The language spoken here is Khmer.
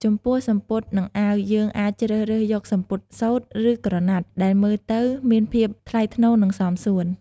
ចំពោះសំពត់ និងអាវយើងអាចជ្រើសរើសយកសំពត់សូត្រ ឬក្រណាត់ដែលមើលទៅមានភាពថ្លៃថ្នូរនិងសមសួន។